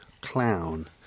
Clown